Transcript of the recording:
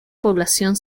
población